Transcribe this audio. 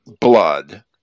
blood